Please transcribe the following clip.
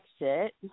exit